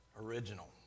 original